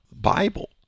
Bible